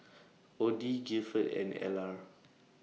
Odie Gilford and Ellar